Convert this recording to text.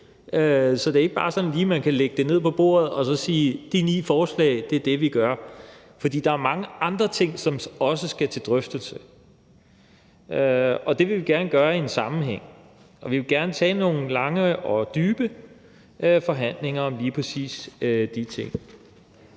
så det er ikke bare sådan, at man lige kan lægge det ned på bordet og så sige: De ni forslag – det er det, vi gør! For der er mange andre ting, som også skal til drøftelse, og det vil vi gerne gøre i en sammenhæng, og vi vil gerne tage nogle lange og dybe forhandlinger om lige præcis de ting.